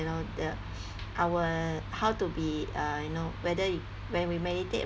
you know the our how to be uh you know whether when we mediate